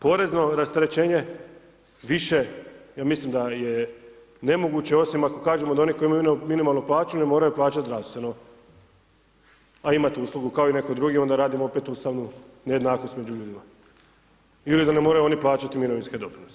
Porezno rasterećenje više, ja mislim da je nemoguće, osim ako kažemo da oni koji imaju minimalnu plaću ne moraju plaćati zdravstveno, a imati uslugu kao i netko drugi, onda radimo opet ustavnu nejednakost među ljudima ili da oni ne moraju plaćati mirovinske doprinose.